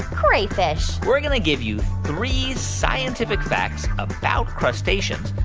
crayfish we're going to give you three scientific facts about crustaceans,